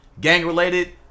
gang-related